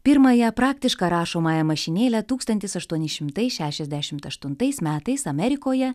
pirmąją praktišką rašomąją mašinėlę tūkstantis aštuoni šimtai šešiasdešimt aštuntais metais amerikoje